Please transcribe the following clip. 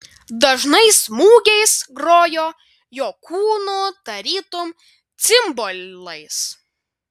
dažnais smūgiais grojo jo kūnu tarytum cimbolais